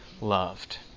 loved